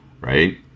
right